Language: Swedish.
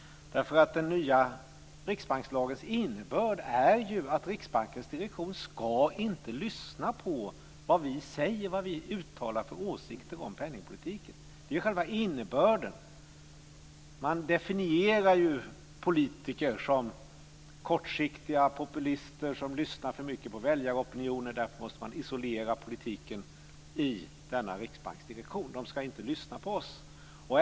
Den nya riksbankslagens innebörd är ju att Riksbankens direktion inte ska lyssna på vad vi säger och uttalar för åsikter om penningpolitiken. Det är själva innebörden. Man definierar ju politiker som kortsiktiga populister som lyssnar för mycket på väljaropinioner. Därför måste man isolera politiken i denna riksbanksdirektion. Den ska inte lyssna på oss.